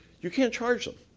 you can't charge them.